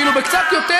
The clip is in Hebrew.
כאילו, בקצת יותר,